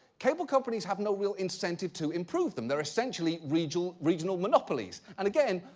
cable companies have no real incentive to improve them. they're essentially regional regional monopolies. and again,